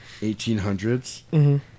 1800s